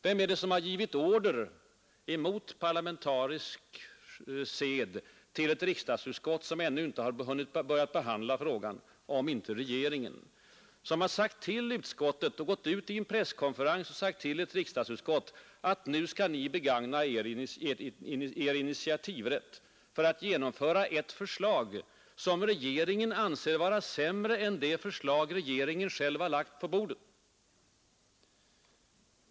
Vem är det som emot parlamentarisk sed har givit order till ett riksdagsutskott, som ännu inte hade hunnit börja behandla frågan, och som vid en presskonferens har sagt att ett riksdagsutskott skall begagna sin initiativrätt för att genomföra ett förslag som regeringen anser vara sämre än det förslag regeringen själv har lagt på bordet?